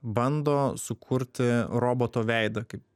bando sukurti roboto veidą kaip